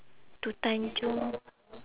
to tanjong